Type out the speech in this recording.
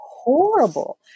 horrible